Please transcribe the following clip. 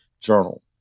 Journal